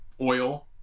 oil